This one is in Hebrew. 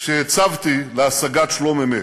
שהצבתי להשגת שלום-אמת.